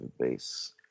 base